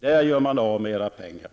Där gör man av med era pengar.''